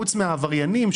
חוץ מהעבריינים,